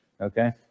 okay